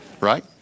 right